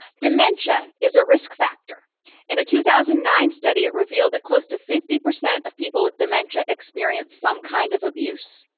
dementia is a risk factor in a two thousand and nine study it revealed that close to fifty percent of people with dementia experienced some kind of abuse